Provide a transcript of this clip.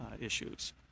issues